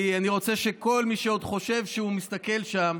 כי אני רוצה שכל מי שעוד חושב שהוא מסתכל שם,